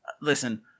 Listen